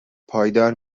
پایدار